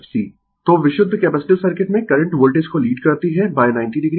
तो विशुद्ध capacitive circuit में करंट वोल्टेज को लीड करती है 90 o